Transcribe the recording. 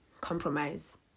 compromise